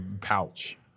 pouch